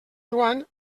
joan